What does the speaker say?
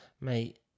mate